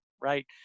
right